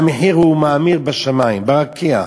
המחיר מאמיר לשמים, ברקיע.